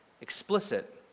explicit